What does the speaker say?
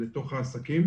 לעסקים.